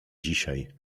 dzisiaj